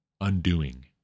undoing